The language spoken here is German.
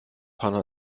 hanna